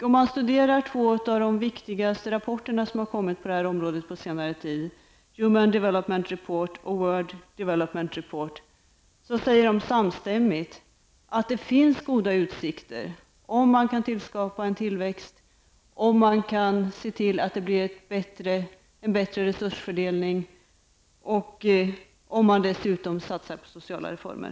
Om man studerar två av de viktigaste rapporterna som har kommit på det här området på senare tid, Human development report och World development report, säger de samstämmigt att det finns goda utsikter om man kan tillskapa en tillväxt, om man kan se till att det blir en bättre resursfördelning och om man dessutom satsar på sociala reformer.